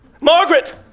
Margaret